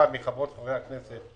וחברי הכנסת,